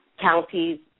counties